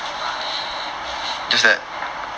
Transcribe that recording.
I already